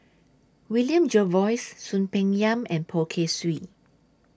William Jervois Soon Peng Yam and Poh Kay Swee